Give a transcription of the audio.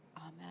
Amen